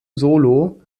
solo